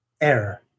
error